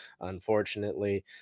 unfortunately